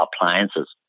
appliances